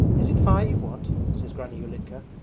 is it fire you want says granny ulitka,